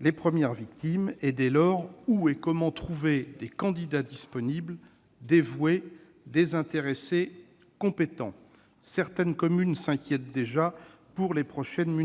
les premières victimes. Dès lors, où et comment trouver des candidats disponibles, dévoués, désintéressés et compétents ? Certaines communes s'inquiètent déjà pour les prochaines élections